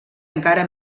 encara